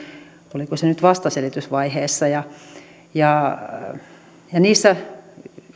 oliko se nyt vastaselitysvaiheessa ja ja